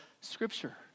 Scripture